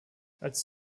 als